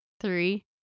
Three